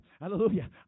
Hallelujah